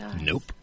Nope